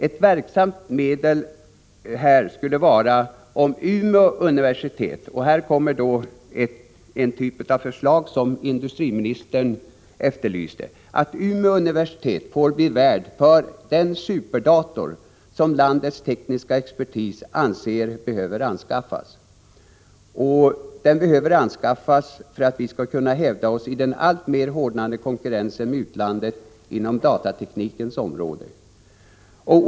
Ett verksamt medel härför skulle vara om Umeå universitet — det här är ett förslag som industriministern efterlyste — fick bli värd för den superdator som landets tekniska expertis anser behöva anskaffas. Den behöver anskaffas för att vi skall kunna hävda oss i den alltmer hårdnande konkurrensen med utlandet inom datateknikens område.